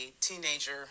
teenager